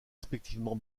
respectivement